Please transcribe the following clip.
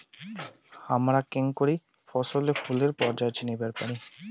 হামরা কেঙকরি ফছলে ফুলের পর্যায় চিনিবার পারি?